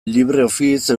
libreoffice